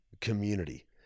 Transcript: community